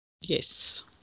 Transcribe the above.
Yes